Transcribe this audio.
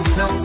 no